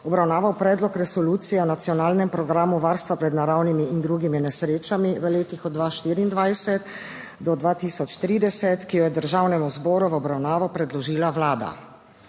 obravnaval Predlog resolucije o nacionalnem programu varstva pred naravnimi in drugimi nesrečami v letih od 2024 do 2030, ki jo je Državnemu zboru v obravnavo predložila Vlada.